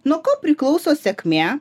nuo ko priklauso sėkmė